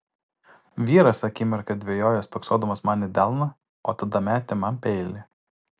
vyras akimirką dvejojo spoksodamas man į delną o tada metė man peilį